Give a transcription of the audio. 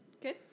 Good